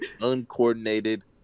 uncoordinated